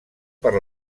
per